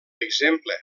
exemple